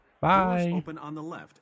Bye